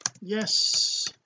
yes